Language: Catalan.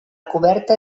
coberta